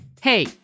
Hey